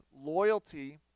loyalty